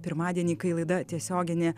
pirmadienį kai laida tiesioginė